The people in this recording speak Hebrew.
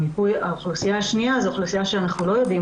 האוכלוסייה השנייה היא אוכלוסייה שאנחנו לא יודעים